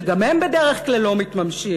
שגם הם בדרך כלל לא מתממשים,